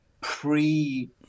pre